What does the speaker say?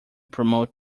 promote